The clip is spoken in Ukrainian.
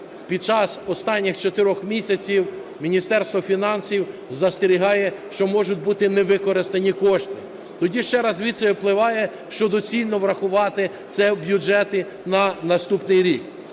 під час останніх чотирьох місяців Міністерство фінансів застерігає, що можуть бути невикористані кошти. Тоді ще раз звідси випливає, що доцільно врахувати це в бюджети на наступний рік.